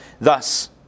Thus